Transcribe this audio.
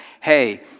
hey